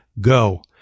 go